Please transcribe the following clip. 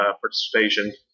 participation